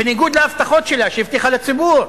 בניגוד להבטחות שלה שהיא הבטיחה לציבור.